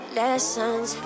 lessons